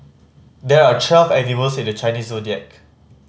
there are twelve animals in the Chinese Zodiac